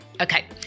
Okay